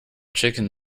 chicken